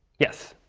yes?